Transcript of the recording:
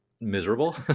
miserable